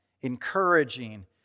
encouraging